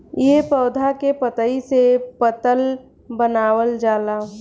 ए पौधा के पतइ से पतल बनावल जाला